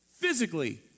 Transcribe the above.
physically